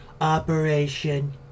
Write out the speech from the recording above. Operation